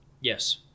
Yes